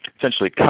essentially